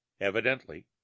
evidently